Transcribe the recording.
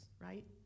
right